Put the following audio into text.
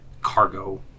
cargo